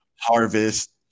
harvest